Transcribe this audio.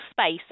space